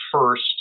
first